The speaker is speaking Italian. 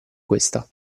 questa